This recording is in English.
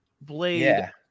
blade